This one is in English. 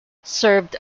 served